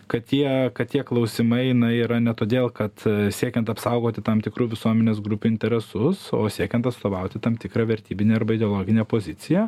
kad tie kad tie klausimai na yra ne todėl kad siekiant apsaugoti tam tikrų visuomenės grupių interesus o siekiant atstovauti tam tikrą vertybinę arba ideologinę poziciją